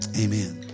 Amen